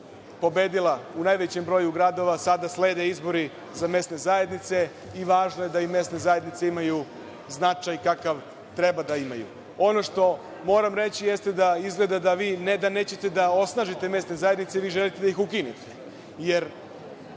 pobedila u najvećem broju gradova, sada slede izbori za mesne zajednice i važno je da i mesne zajednice imaju značaj kakav treba da imaju. Ono što moram reći jeste da izgleda da vi ne da nećete da osnažite mesne zajednice, već želite da ih ukinete,